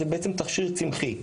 זה בעצם תכשיר צמחי.